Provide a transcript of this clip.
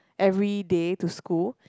every day to school